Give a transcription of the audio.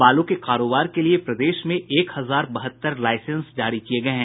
बालू के कारोबार के लिये प्रदेश में एक हजार बहत्तर लाईसेंस जारी किये गये हैं